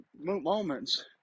moments